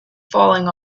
falling